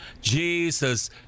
Jesus